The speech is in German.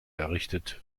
errichtet